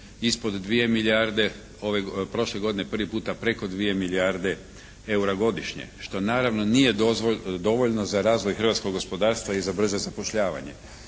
ispod 2 milijarde, prošle godine prvi puta preko 2 milijarde eura godišnje što naravno nije dovoljno za razvoj hrvatskog gospodarstva i za brzo zapošljavanje.